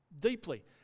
deeply